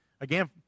Again